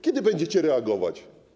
Kiedy będziecie reagować?